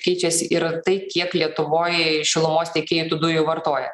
keičiasi ir tai kiek lietuvoj šilumos tiekėjai tų dujų vartoja